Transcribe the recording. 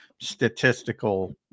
statistical